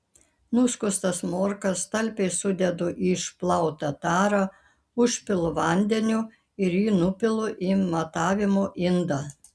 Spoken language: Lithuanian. nuskustas morkas talpiai sudedu į išplautą tarą užpilu vandeniu ir jį nupilu į matavimo indą